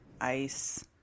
ice